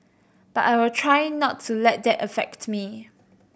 but I try not to let that affect me